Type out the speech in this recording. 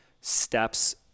steps